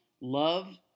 love